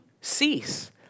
Cease